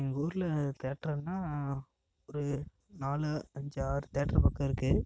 எங்கள் ஊரில் தேட்டர்னா ஒரு நாலு அஞ்சு ஆறு தேட்டர் பக்கம் இருக்குது